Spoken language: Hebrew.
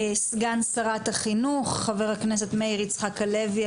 סגן שרת החינוך חבר הכנסת מאיר יצחק הלוי.